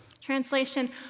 Translation